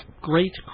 great